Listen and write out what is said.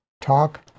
Talk